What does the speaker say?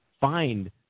find